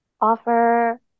offer